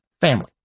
family